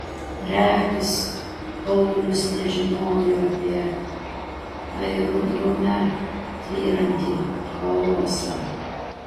regis paulius nežinojo apie aerodrome tvyrantį chaosą